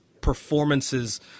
performances